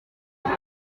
kuri